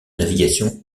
navigation